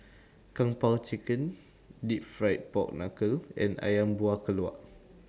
Kung Po Chicken Deep Fried Pork Knuckle and Ayam Buah Keluak